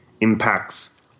impacts